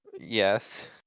Yes